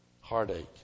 heartache